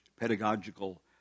pedagogical